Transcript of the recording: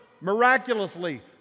Miraculously